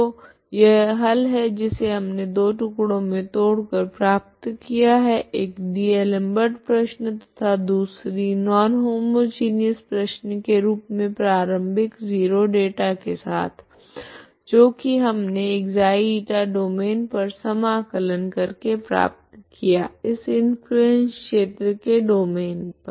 तो यह हल है जिसे हमने दो टुकड़ों मे तोड़ कर प्राप्त किया है एक डी'एलमबर्ट प्रश्न तथा दूसरी नॉन होमोजिनिऔस प्रश्न के रूप मे प्रारम्भिक 0 डेटा के साथ जो की हमने ξ η डोमैन पर समाकलन कर के प्राप्त किया इस इंफ्लुएंस क्षेत्र के डोमैन पर